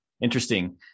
Interesting